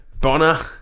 Bonner